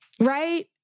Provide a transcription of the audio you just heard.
Right